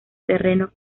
terreno